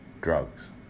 drugs